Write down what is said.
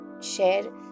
share